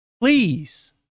please